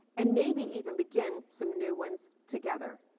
and maybe even begin some new ones together.